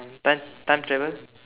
time time travel